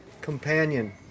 companion